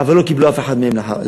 אבל לא קיבלו אף אחד מהם לעבודה.